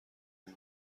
این